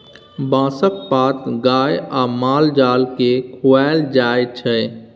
बाँसक पात गाए आ माल जाल केँ खुआएल जाइ छै